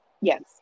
Yes